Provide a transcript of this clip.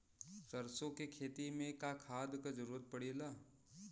सरसो के खेती में का खाद क जरूरत पड़ेला?